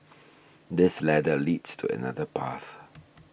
this ladder leads to another path